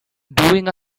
doing